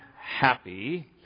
Happy